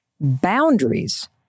Boundaries